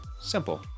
Simple